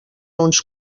uns